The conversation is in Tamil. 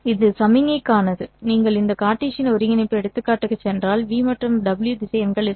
இது சமிக்ஞைக்கானது நீங்கள் இந்த கார்ட்டீசியன் ஒருங்கிணைப்பு எடுத்துக்காட்டுக்குச் சென்றால் 'v மற்றும் w' திசையன்கள் இருக்கும்